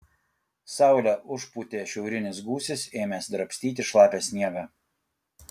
saulę užpūtė šiaurinis gūsis ėmęs drabstyti šlapią sniegą